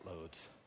loads